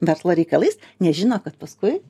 verslo reikalais nes žino kad paskui